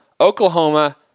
Oklahoma